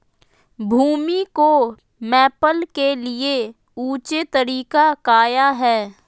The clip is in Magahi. भूमि को मैपल के लिए ऊंचे तरीका काया है?